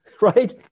right